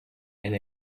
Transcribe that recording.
and